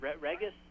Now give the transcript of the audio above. Regis